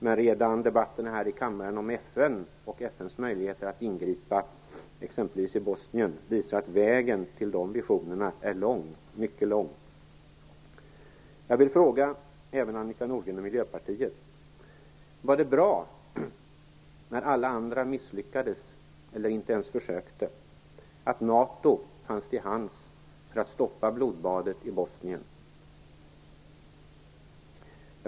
Men redan debatterna här i kammaren om FN och dess möjligheter att ingripa i exempelvis Bosnien visar att vägen till de visionerna är lång, mycket lång. Jag vill fråga även Annika Nordgren och Miljöpartiet: Var det bra, när alla andra misslyckades eller inte ens försökte, att NATO fanns till hands för att stoppa blodbadet i Bosnien?